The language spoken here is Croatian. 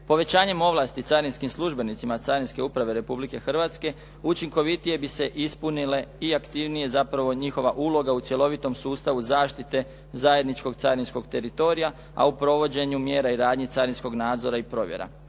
Povećanjem ovlasti carinskim službenicima Carinske uprave Republike Hrvatske učinkovitije bi se ispunile i aktivnije zapravo njihova uloga u cjelovitom sustavu zaštite zajedničkog carinskog teritorija, a u provođenju mjera i radnji carinskog nadzora i provjera.